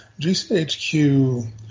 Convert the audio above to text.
GCHQ